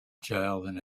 child